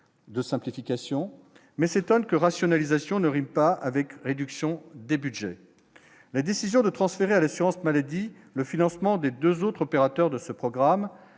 de simplification. Mais s'étonne que rationalisation ne rime pas avec réduction des Budgets, la décision de transférer à l'assurance maladie, le financement des 2 autres opérateurs de ce programme,